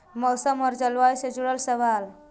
मौसम और जलवायु से जुड़ल सवाल?